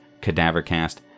cadavercast